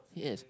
yes